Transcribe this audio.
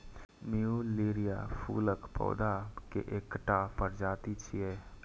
plumeria फूलक पौधा के एकटा प्रजाति छियै